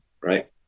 right